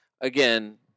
again